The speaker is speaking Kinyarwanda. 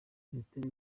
ministri